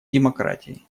демократии